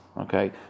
okay